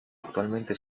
actualmente